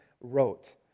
wrote